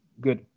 good